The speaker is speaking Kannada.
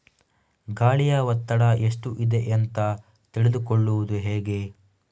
ಗಾಳಿಯ ಒತ್ತಡ ಎಷ್ಟು ಇದೆ ಅಂತ ತಿಳಿದುಕೊಳ್ಳುವುದು ಹೇಗೆ?